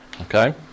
Okay